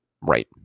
right